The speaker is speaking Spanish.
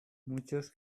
muchos